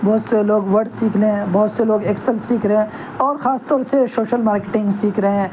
بہت سے لوگ ورڈ سیکھ رہے ہیں بہت سے لوگ ایکسل سیکھ رہے ہیں اور خاص طور سے شوشل مارکیٹنگ سیکھ رہے ہیں